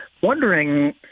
Wondering